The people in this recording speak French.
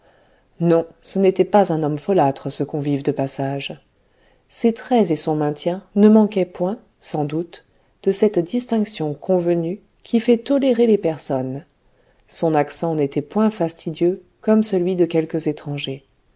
non ce n'était pas un homme folâtre ce convive de passage ses traits et son maintien ne manquaient point sans doute de cette distinction convenue qui fait tolérer les personnes son accent n'était point fastidieux comme celui de quelques étrangers